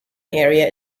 area